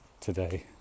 today